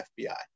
FBI